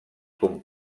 com